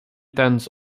tenths